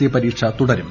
C പരീക്ഷ തുടരും